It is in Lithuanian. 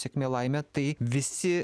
sėkmė laimė tai visi